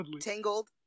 Tangled